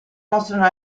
mostrano